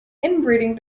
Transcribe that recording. inbreeding